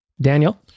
Daniel